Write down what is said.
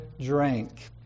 drank